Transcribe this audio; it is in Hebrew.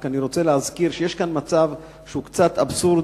אני רק רוצה להזכיר שיש כאן מצב שהוא קצת אבסורדי,